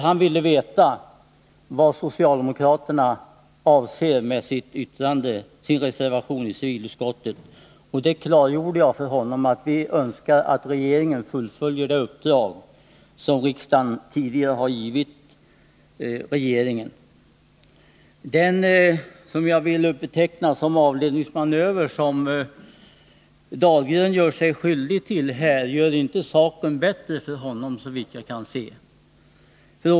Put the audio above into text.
Han ville veta vad socialdemokraterna avser med sin reservation till civilutskottets betänkande, och jag klargjorde för honom att vi önskar att regeringen fullföljer det uppdrag som riksdagen tidigare har givit regeringen. Den avledningsmanöver — jag vill nu beteckna det så — som Anders Dahlgren försökte sig på gör inte saken bättre för honom, såvitt jag kan se.